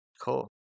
Cool